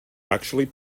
actually